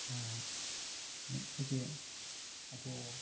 ᱟᱨ ᱱᱩᱠᱩ ᱡᱮ ᱟᱵᱚ